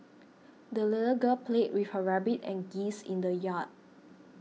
the little girl played with her rabbit and geese in the yard